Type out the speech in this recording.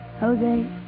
Jose